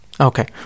Okay